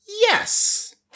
yes